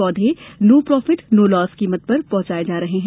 पौधे no profit no loss कीमत पर पहुँचाये जाते हैं